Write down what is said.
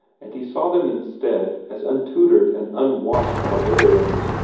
and he saw them instead as untutored and unwashed barbarians,